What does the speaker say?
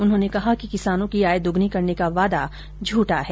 उन्होंने कहा कि किसानों की आय दूगुनी करने का वादा झुठा है